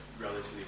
relatively